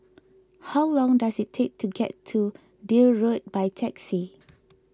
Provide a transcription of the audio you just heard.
how long does it take to get to Deal Road by taxi